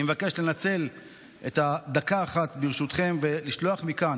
אני מבקש לנצל דקה אחת, ברשותכם, ולשלוח מכאן